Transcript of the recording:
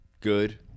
Good